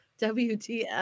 WTF